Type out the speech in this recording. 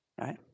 Right